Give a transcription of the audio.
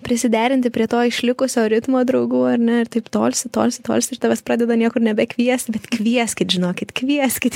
prisiderinti prie to išlikusio ritmo draugų ar ne ir taip tolsti tolsti tolsti ir tavęs pradeda niekur nebekviesti bet kvieskit žinokit kvieskit